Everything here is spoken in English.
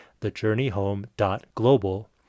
thejourneyhome.global